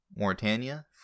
Mortania